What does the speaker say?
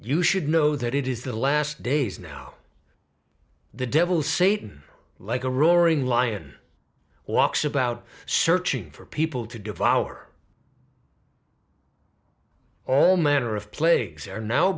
you should know that it is the last days now the devil satan like a roaring lion walks about searching for people to devour all manner of plagues are now